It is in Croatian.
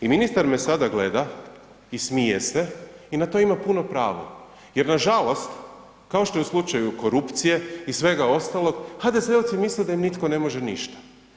I ministar me sada gleda i smije se i na to ima puno pravo jer nažalost, kao što je u slučaju korupcije i svega ostalog, HDZ-ovci misle da im nitko ne može ništa.